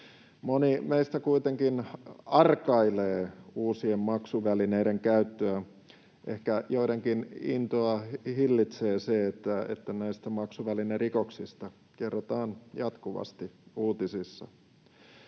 Moni meistä kuitenkin arkailee uusien maksuvälineiden käyttöä. Ehkä joidenkin intoa hillitsee se, että näistä maksuvälinerikoksista kerrotaan jatkuvasti uutisissa.